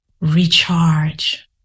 Recharge